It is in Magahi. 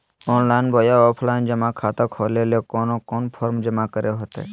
ऑनलाइन बोया ऑफलाइन जमा खाता खोले ले कोन कोन फॉर्म जमा करे होते?